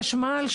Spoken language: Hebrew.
חשמל,